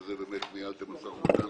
שעל זה אכן ניהלתם משא ומתן.